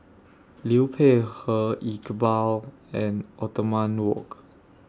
Liu Peihe Iqbal and Othman Wok